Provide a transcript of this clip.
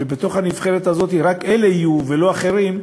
ובתוך הנבחרת הזאת רק אלה יהיו ולא אחרים.